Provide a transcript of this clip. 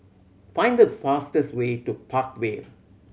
find the fastest way to Park Vale